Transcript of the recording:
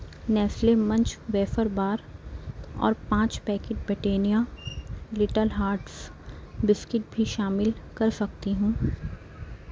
Nestle Munch wafer bar اور پانچ packet Britannia Little Hearts biscuit بھی شامل کر سکتی ہوں